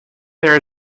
there